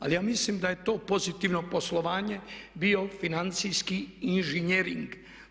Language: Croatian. Ali ja mislim da je to pozitivno poslovanje bio financijski inženjering.